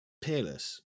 Peerless